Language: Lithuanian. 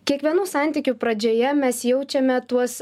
kiekvienų santykių pradžioje mes jaučiame tuos